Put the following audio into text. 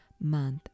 month